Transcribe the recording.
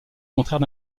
contraire